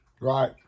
Right